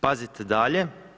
Pazite dalje!